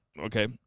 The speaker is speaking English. Okay